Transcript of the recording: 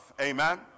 amen